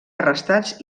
arrestats